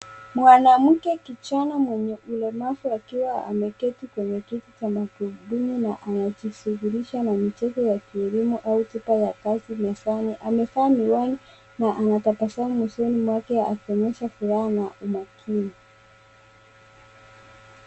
Mwanamke kijana mwenye ulemavu akiwa ameketi kwenye kiti cha magurudumu na anajishughulisha na michezo ya kielimu au chupa ya kazi mezani. Amevaa miwani na ana tabasamu usoni mwake akionyesha furaha na umakini.